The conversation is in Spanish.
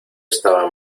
estaba